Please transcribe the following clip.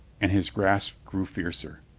and his grasp grew fiercer.